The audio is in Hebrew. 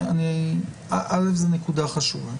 זו נקודה חשובה,